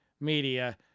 media—